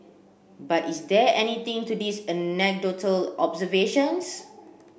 but is there anything to these anecdotal observations